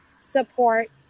support